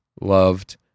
loved